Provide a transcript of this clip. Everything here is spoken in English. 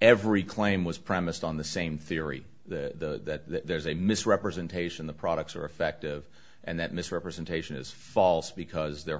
every claim was premised on the same theory that there is a misrepresentation the products are effective and that misrepresentation is false because the